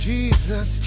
Jesus